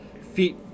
feet